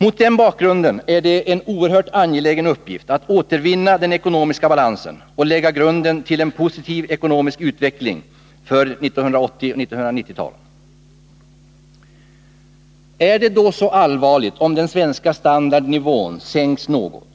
Mot den bakgrunden är det en oerhört angelägen uppgift att återvinna den ekonomiska balansen och lägga grunden till en positiv ekonomisk utveckling för 1980 och 1990-talen. Är det då så allvarligt om den svenska standarden sänks något?